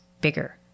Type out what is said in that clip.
bigger